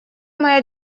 моя